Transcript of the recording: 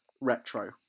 retro